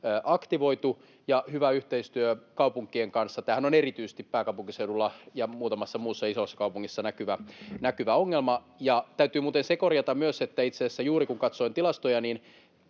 aktivoitu, ja hyvää yhteistyötä kaupunkien kanssa — tämähän on erityisesti pääkaupunkiseudulla ja muutamassa muussa isossa kaupungissa näkyvä ongelma. Täytyy muuten se korjata myös, että itse asiassa juuri katsoin tilastoja,